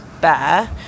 Bear